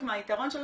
זה